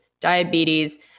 diabetes